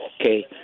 okay